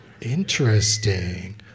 Interesting